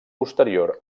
posterior